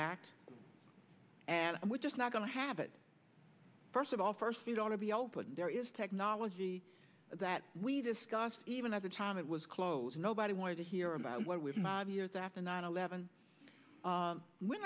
act and we're just not going to have it first of all first it ought to be open and there is technology that we discussed even at the time it was close nobody wanted to hear about what with mob years after nine eleven we're